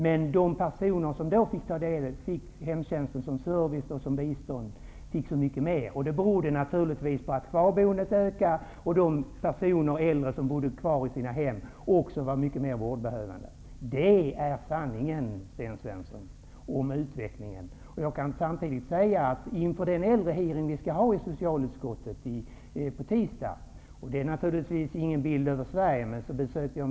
Men de personer som fick ta del av hemtjänsten som service och bistånd fick mer. Det berodde naturligtvis på att kvarboendet ökade, och de äldre personer som bodde kvar i sina hem var mer vårdbehövande. Det är sanningen om utvecklingen, Sten Svensson. Inför den äldrehearing vi skall ha i socialutskottet på tisdag, besökte jag i måndags äldreomsorgen i min hemkommun.